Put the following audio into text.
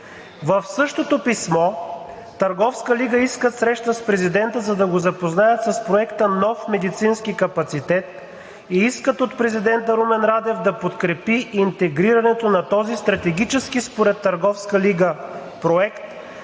В същото писмо „Търговска лига“ искат среща с президента, за да го запознаят с проекта „Нов медицински капацитет“ и искат от президента Румен Радев да подкрепи интегрирането на този стратегически според „Търговска лига“ проект